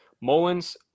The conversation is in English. Mullins